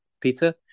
Peter